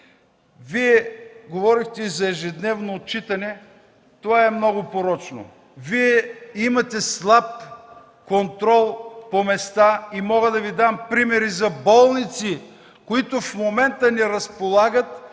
Вие говорихте за ежедневно отчитане, това е много порочно. Вие имате слаб контрол по места и мога да Ви дам примери за болници, които в момента не разполагат,